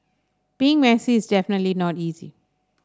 being messy is definitely not easy